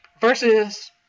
Versus